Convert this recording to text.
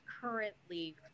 currently